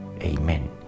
Amen